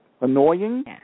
Annoying